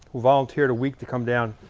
who volunteered a week to come down,